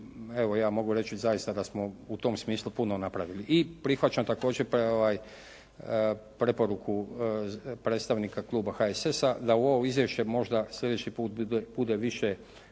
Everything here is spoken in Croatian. evo ja mogu reći zaista da smo u tom smislu puno napravili i prihvaćam također preporuku predstavnika kluba HSS-a da u ovo izvješće možda sljedeći puta bude više